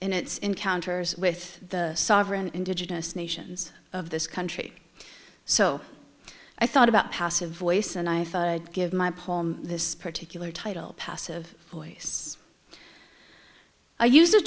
in its encounters with the sovereign indigenous nations of this country so i thought about passive voice and i thought i'd give my poem this particular title a passive voice i use a